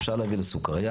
אפשר להביא לו סוכריה,